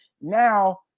Now